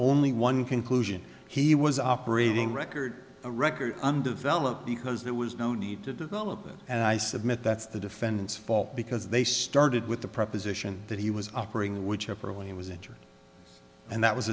only one conclusion he was operating record a record undeveloped because there was no need to develop it and i submit that's the defendant's fault because they started with the proposition that he was offering which up early he was injured and that was